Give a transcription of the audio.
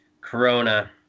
corona